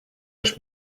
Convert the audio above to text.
już